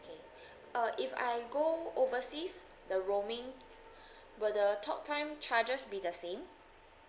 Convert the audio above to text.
okay uh if I go overseas the roaming will the talk time charges be the same